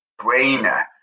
brainer